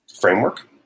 framework